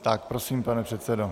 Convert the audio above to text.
Tak, prosím, pane předsedo.